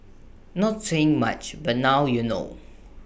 not saying much but now you know